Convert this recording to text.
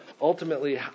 ultimately